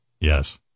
Yes